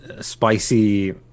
spicy